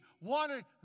wanted